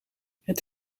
het